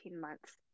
months